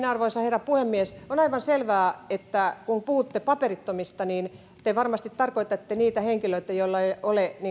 arvoisa herra puhemies on aivan selvää että kun puhutte paperittomista niin te varmasti tarkoitatte niitä henkilöitä joilla ei ole